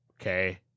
Okay